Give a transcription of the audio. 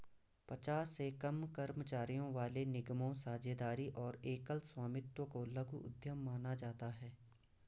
पचास से कम कर्मचारियों वाले निगमों, साझेदारी और एकल स्वामित्व को लघु उद्यम माना जाता है